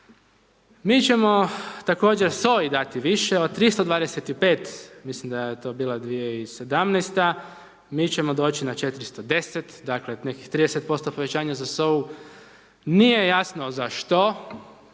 Mi ćemo također SOA-i dati više od 325, mislim da je to bila 217, mi ćemo doći na 410, dakle nekih 30% povećanja za SOA-u, nije jasno za što.